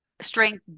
strength